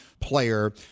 player